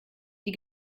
die